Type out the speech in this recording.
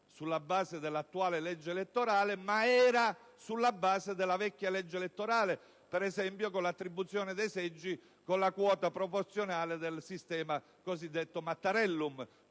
sulla base dell'attuale legge elettorale, ma era sulla base della vecchia legge elettorale, per esempio con l'attribuzione dei seggi con la quota proporzionale del sistema cosiddetto *mattarellum.*